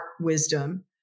wisdom